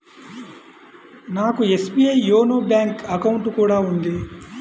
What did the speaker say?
నాకు SBI YONO bank account కూడా ఉంది